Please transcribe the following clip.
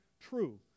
true